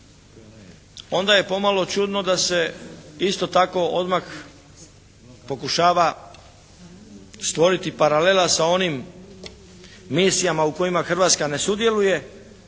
onda je pomalo čudno da se isto tako odmah pokušava stvoriti paralela sa onim misijama u kojima Hrvatska ne sudjeluje,